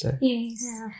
Yes